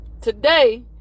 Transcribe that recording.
today